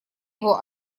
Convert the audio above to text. его